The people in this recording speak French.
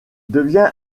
devient